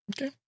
Okay